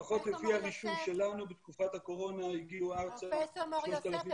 לפחות לפי הרישום שלנו בתקופת הקורונה הגיעו ארצה --- פרופ' מור יוסף,